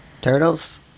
turtles